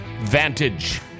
vantage